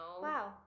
Wow